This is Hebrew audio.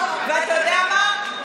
ואתה יודע מה,